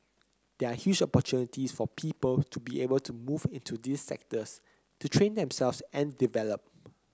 there are huge opportunities for people to be able to move into these sectors to train themselves and develop